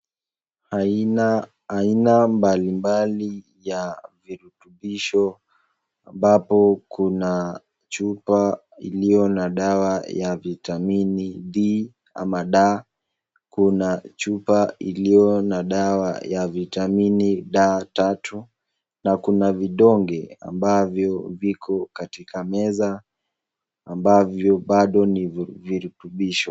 Aina aina mbalimbali ya virutubisho ambapo kuna chupa iliyo na dawa ya vitamini D ama D Kuna chupa iliyo na dawa ya vitamini D tatu na kuna vidonge ambavyo viko katika meza ambavyo bado ni virutubisho.